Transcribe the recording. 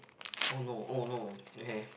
oh no oh no okay